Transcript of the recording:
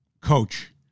coach